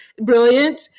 Brilliant